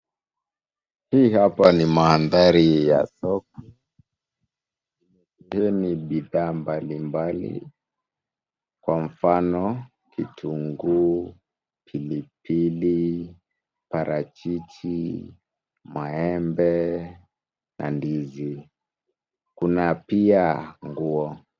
Hii hapa ni mandhari ya soko imesheheni bidhaa mbalimbali kwa mfano; kitunguu, pilipili, parachichi, maembe na ndizi. Kuna pia nguo.